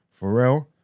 Pharrell